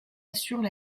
assurent